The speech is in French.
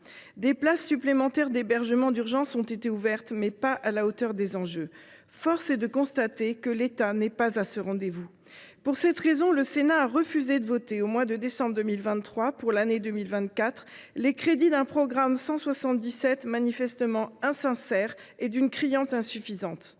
Des places supplémentaires d’hébergement d’urgence ont été ouvertes, mais pas à la hauteur des enjeux. Force est de constater que l’État n’est pas au rendez vous. Pour cette raison, le Sénat a refusé de voter, au mois de décembre 2023, les crédits pour l’année 2024 du programme 177 manifestement insincères et d’une criante insuffisance.